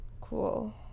Cool